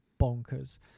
bonkers